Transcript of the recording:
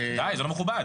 די זה לא מכובד,